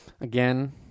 again